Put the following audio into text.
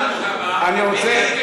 אני רוצה,